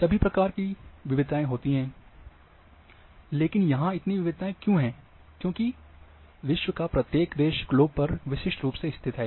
सभी प्रकार की विविधताएँ होती हैं यहाँ इतनी विविधताएँ क्यों हैं क्योंकि विश्व का प्रत्येक देश ग्लोब पर विशिष्ट रूप से स्थित है